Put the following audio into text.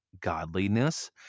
godliness